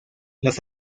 las